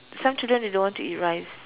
some children they don't want to eat rice